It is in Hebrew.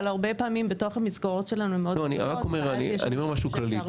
אבל הרבה פעמים בתוך המסגרות שלנו --- אני אומר משהו כללי.